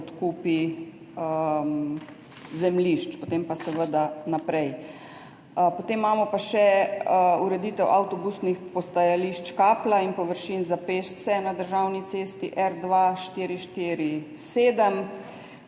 odkupi zemljišč, potem pa seveda naprej. Potem imamo pa še ureditev avtobusnih postajališč Kapla in površin za pešce na državni cesti R 2447.